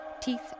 teeth